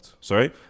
Sorry